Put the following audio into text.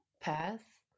path